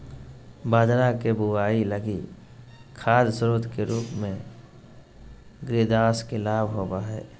बाजरा के बुआई लगी खाद स्रोत के रूप में ग्रेदास के लाभ होबो हइ